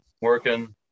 working